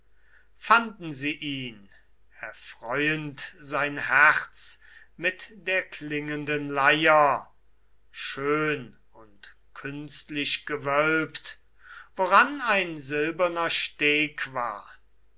fanden sie ihn erfreuend sein herz mit der klingenden leier schön und künstlich gewölbt woran ein silberner steg war